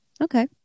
okay